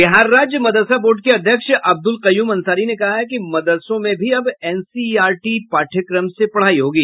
बिहार राज्य मदरसा बोर्ड के अध्यक्ष अब्दुल कयूम अंसारी ने कहा है कि मदरसों में भी अब एनसीआरटी पाठ्यक्रम से पढ़ाई होगी